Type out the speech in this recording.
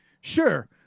Sure